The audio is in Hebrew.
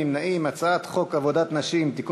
ההצעה להעביר את הצעת חוק עבודת נשים (תיקון